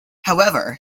however